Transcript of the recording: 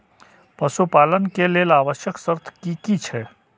पशु पालन के लेल आवश्यक शर्त की की छै?